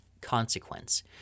consequence